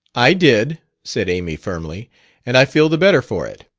i did, said amy firmly and i feel the better for it.